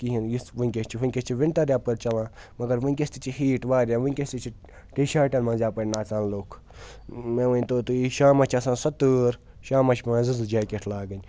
کِہیٖنۍ یُس وٕنۍکٮ۪س چھِ وٕنۍکٮ۪س چھِ وِنٹَر یَپٲرۍ چَلان مگر وٕنۍکٮ۪س تہِ چھِ ہیٖٹ واریاہ وٕنۍکٮ۪ٮس تہِ چھِ ٹی شاٹَٮ۪ن منٛز یَپٲرۍ نَژان لُکھ مےٚ ؤنۍتو تُہۍ یہِ شامَس چھِ آسان سۄ تۭر شامَس چھِ پٮ۪وان زٕ زٕ جیکٮ۪ٹ لاگٕنۍ